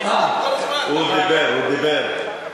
הוא דיבר, הוא דיבר.